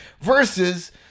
versus